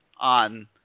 on